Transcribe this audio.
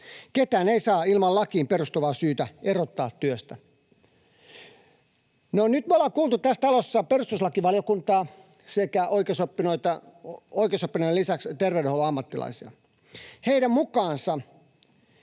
Ketään ei saa ilman lakiin perustuvaa syytä erottaa työstä. No, nyt me ollaan kuultu tässä talossa perustuslakivaliokuntaa sekä oikeusoppineiden lisäksi terveydenhuollon ammattilaisia. Heidän mukaansa,